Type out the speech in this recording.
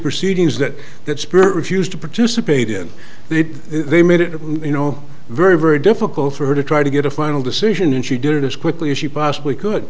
proceedings that that spirit refused to participate in it they made it you know very very difficult for her to try to get a final decision and she did it as quickly as she possibly could